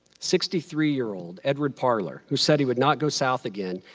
sixty three year old edward parlor, who said he would not go south again,